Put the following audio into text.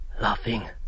laughing